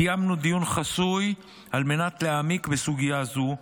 קיימנו דיון חסוי על מנת להעמיק בסוגיה זו,